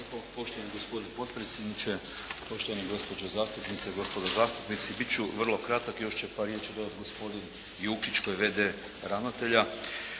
poštovani gospodine potpredsjedniče, poštovane gospođe zastupnice, gospodo zastupnici. Biti ću vrlo kratak, još će par riječi dodati gospodin Jukić koji je VD ravnatelj.